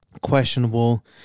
questionable